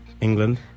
England